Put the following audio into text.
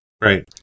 Right